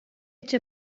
cha